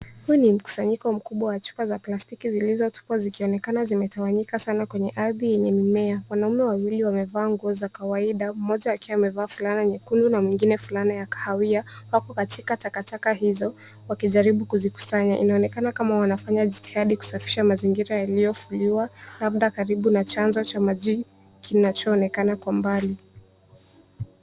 Huu ni mkusanyiko mkubwa wa chupa za plastiki zilizotupwa zikionekana zimetawanyika sana kwenye ardhi yenye mimea. Wanaume wawili wamevaa nguo za kawaida; mmoja akiwa amevaa fulana nyekundu na mwingine fulana ya kahawia. Wako katika takataka hizo wakijaribu kuzikusanya. Inaonekana kama wanafanya jitihada kusafisha mazingira yaliyochafuliwa, labda karibu na chanzo cha maji kinachoonekana kwa mbali.